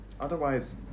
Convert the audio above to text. Otherwise